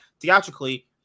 theatrically